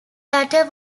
latter